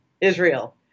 Israel